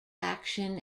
action